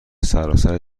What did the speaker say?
سراسر